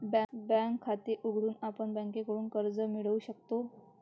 bank खाते उघडून आपण बँकेकडून कर्ज मिळवू शकतो